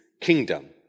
kingdom